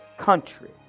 country